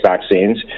vaccines